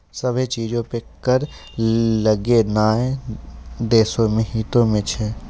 सभ्भे चीजो पे कर लगैनाय देश के हितो मे छै